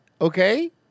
Okay